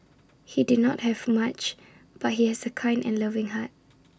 he did not have much but he has A kind and loving heart